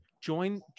join